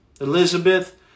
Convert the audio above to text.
Elizabeth